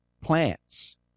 plants